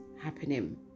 happening